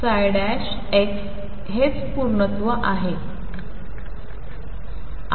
हेच पूर्णत्व आहे